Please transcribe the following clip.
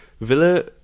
Villa